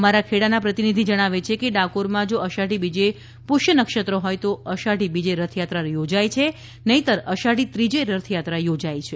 અમારા ખેડાના પ્રતિનિધિ જણાવે છે કે ડાકોરમાં જો અષાઢી બીજે પુષ્ય નક્ષત્ર હોય તો અષાઢી બીજે રથયાત્રા યોજાય છે નહીંતર અષાઢી ત્રીજે રથયાત્રા યોજાઇ છે